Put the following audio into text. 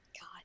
God